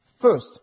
First